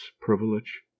privilege